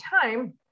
time